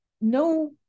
no